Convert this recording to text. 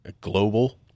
global